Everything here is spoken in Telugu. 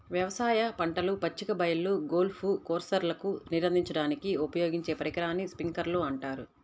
వ్యవసాయ పంటలు, పచ్చిక బయళ్ళు, గోల్ఫ్ కోర్స్లకు నీరందించడానికి ఉపయోగించే పరికరాన్ని స్ప్రింక్లర్ అంటారు